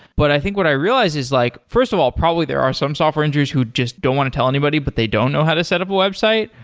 but i think what i realized is like first of all, probably there are some software engineers who just don't want to tell anybody, but they don't know how to set up a website.